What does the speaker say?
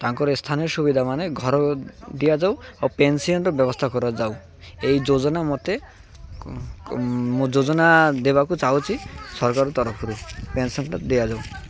ତାଙ୍କର ସ୍ଥାନୀୟ ସୁବିଧା ମାନେ ଘର ଦିଆଯାଉ ଆଉ ପେନ୍ସନ୍ର ବ୍ୟବସ୍ଥା କରାଯାଉ ଏହି ଯୋଜନା ମୋତେ ମୋ ଯୋଜନା ଦେବାକୁ ଚାହୁଁଛି ସରକାର ତରଫରୁ ପେନ୍ସନ୍ଟା ଦିଆଯାଉ